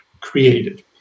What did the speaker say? created